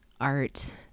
art